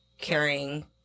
carrying